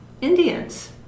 indians